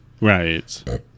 Right